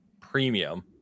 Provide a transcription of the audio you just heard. premium